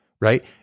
Right